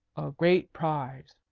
great prize.